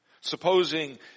Supposing